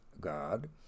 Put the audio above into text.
God